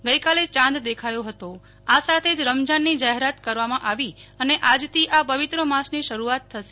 ગઈકાલે ચાંદ દેખાયો હતો આ સાથ જ રમઝાનની જાહેરાત કરવામાં આવી અને આજથી આ પવિત્ર માસની શરૂઆત થશે